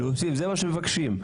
זה מה שמבקשים.